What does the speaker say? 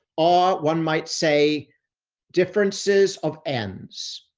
are one might say differences of ends,